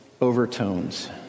overtones